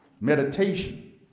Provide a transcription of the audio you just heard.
meditation